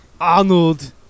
Arnold